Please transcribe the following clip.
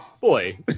boy